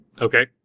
Okay